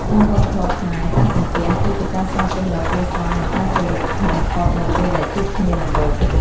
ក្នុងវប្បធម៌ខ្មែរ ការសំពះ គឺជាការស្វាគមន៍ដ៏គួរសម និងការគោរពបំផុត នៅពេលដែលជួបគ្នាដំបូង។